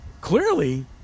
clearly